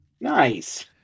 Nice